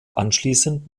anschließend